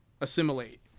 assimilate